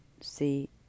see